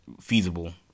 feasible